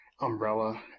umbrella